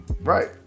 right